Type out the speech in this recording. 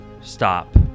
Stop